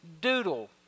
Doodle